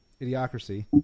Idiocracy